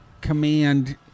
Command